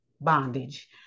bondage